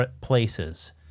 places